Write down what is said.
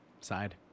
Side